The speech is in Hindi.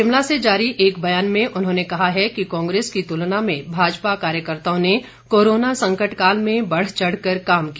शिमला से जारी एक बयान में उन्होंने कहा है कि कांग्रेस की तुलना में भाजपा कार्यकर्ताओं ने कोरोना संकटकाल में बढ़चढ़ कर काम किया